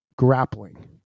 Grappling